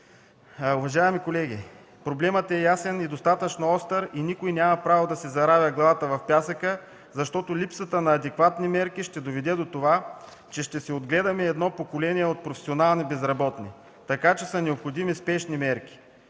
Уважаеми колеги, проблемът е ясен и достатъчно остър и никой няма право да си заравя главата в пясъка, защото липсата на адекватни мерки ще доведе до това, че ще си отгледаме едно поколение от професионални безработни, така че са необходими спешни мерки.